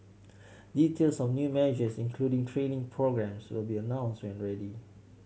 details of new measures including training programmes will be announced when ready